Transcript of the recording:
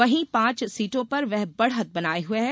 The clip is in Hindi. वहीं पांच सीटों पर वह बढ़त बनाये हुए है